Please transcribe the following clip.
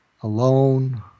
alone